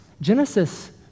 Genesis